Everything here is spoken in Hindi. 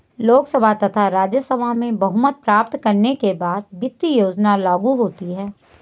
लोकसभा तथा राज्यसभा में बहुमत प्राप्त करने के बाद वित्त योजना लागू होती है